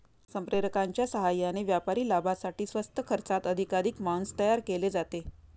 संप्रेरकांच्या साहाय्याने व्यापारी लाभासाठी स्वस्त खर्चात अधिकाधिक मांस तयार केले जाते